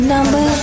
Number